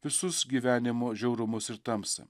visus gyvenimo žiaurumus ir tamsą